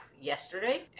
yesterday